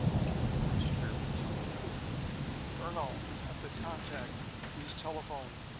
and the words fairly tumbled forth ernol at the contact he's telephoned!